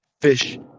fish